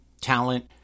talent